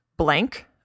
blank